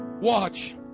Watch